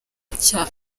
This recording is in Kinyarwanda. cya